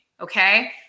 okay